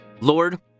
Lord